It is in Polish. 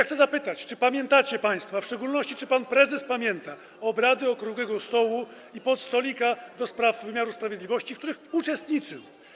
Chcę zapytać, czy pamiętacie państwo, a w szczególności czy pan prezes pamięta obrady okrągłego stołu i podstolika do spraw wymiaru sprawiedliwości, w których uczestniczył.